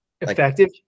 effective